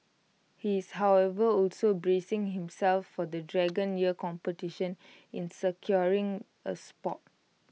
he is however also bracing himself for the dragon year competition in securing A spot